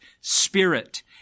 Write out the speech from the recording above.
spirit